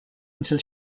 until